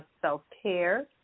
self-care